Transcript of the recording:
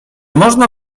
można